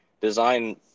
Design